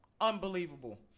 Unbelievable